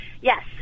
Yes